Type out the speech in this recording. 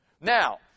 Now